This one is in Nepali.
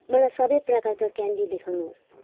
मलाई सबै प्रकारका क्यान्डी देखाउनुहोस्